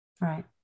Right